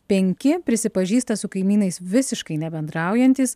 penki prisipažįsta su kaimynais visiškai nebendraujantys